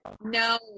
No